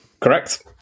Correct